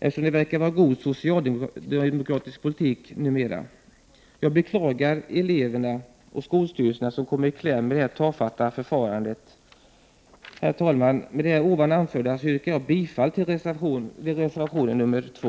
eftersom det verkar vara god socialdemokratisk politik numera. Jag beklagar eleverna och skolstyrelserna, som kommer i kläm på grund av det här tafatta förfarandet. Herr talman! Med det anförda yrkar jag bifall till reservation 2.